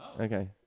Okay